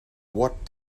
what